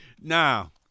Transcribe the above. Now